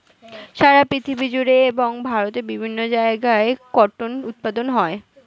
সারা পৃথিবী জুড়ে এবং ভারতের বিভিন্ন জায়গায় কটন উৎপাদন হয়